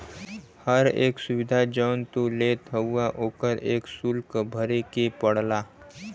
हर एक सुविधा जौन तू लेत हउवा ओकर एक सुल्क भरे के पड़ला